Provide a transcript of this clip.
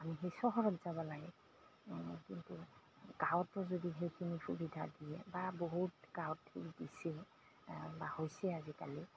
আমি সেই চহৰত যাব লাগে কিন্তু গাঁৱতো যদি সেইখিনি সুবিধা দিয়ে বা বহুত গাঁৱত সেইখিনি দিছে বা হৈছে আজিকালি